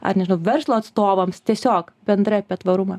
ar nežinau verslo atstovams tiesiog bendrai apie tvarumą